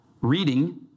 reading